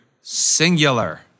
singular